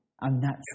unnatural